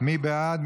מי בעד?